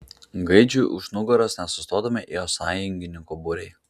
gaidžiui už nugaros nesustodami ėjo sąjungininkų būriai